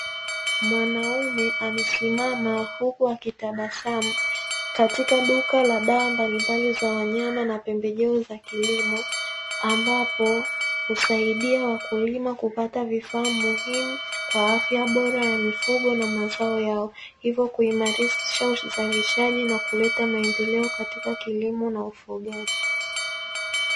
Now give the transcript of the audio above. Mwanaume amesimama huku akitabasamu, katika duka la dawa mbalimbali za wanyama na pembejeo za kilimo, ambapo husaidia wakulima kupata vifaa muhimu kwa afya bora ya mifugo na mazao yao, hivyo kuimarisha uzalishaji na kuleta maendeleo katika kilimo na ufugaji.